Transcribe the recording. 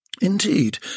Indeed